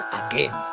again